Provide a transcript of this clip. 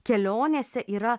kelionėse yra